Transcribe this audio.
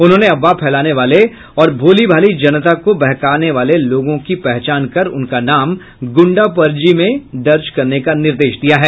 उन्होंने अफवाह फैलाने वाले और भोली भाली जनता को बहकाने वाले लोगों की पहचान कर उनका नाम गुंडा पंजी में दर्ज करने का निर्देश दिया है